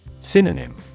Synonym